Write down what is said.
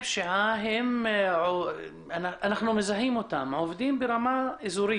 הם עובדים ברמה אזורית.